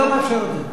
אני לא מאפשר את זה.